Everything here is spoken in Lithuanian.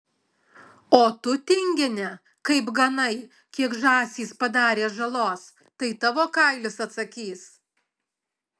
o tu tingine kaip ganai kiek žąsys padarė žalos tai tavo kailis atsakys